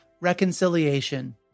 reconciliation